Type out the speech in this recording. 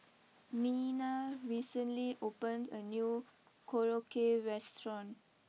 Mena recently opened a new Korokke restaurant